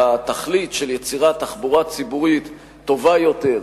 והתכלית של יצירת תחבורה ציבורית טובה יותר,